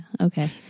okay